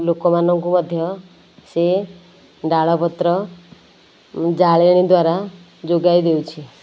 ଲୋକମାନଙ୍କୁ ମଧ୍ୟ ସେ ଡାଳପତ୍ର ଜାଳେଣୀ ଦ୍ୱାରା ଯୋଗାଇ ଦେଉଛି